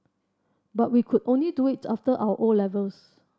but we could only do it after our O levels